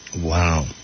Wow